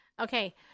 Okay